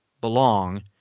belong